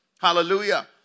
Hallelujah